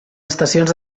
estacions